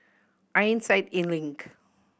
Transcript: Ironside Link